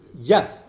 Yes